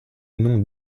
nom